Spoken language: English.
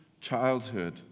childhood